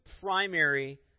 primary